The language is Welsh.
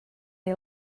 neu